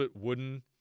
wooden